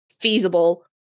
feasible